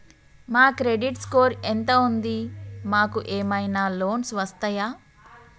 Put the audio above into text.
మా credit score ఎంత ఉంది? మాకు ఏమైనా లోన్స్ వస్తయా?